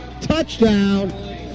Touchdown